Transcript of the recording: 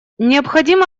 необходимы